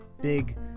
big